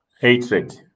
hatred